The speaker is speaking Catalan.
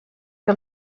que